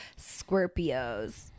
scorpios